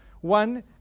One